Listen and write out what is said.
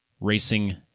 racing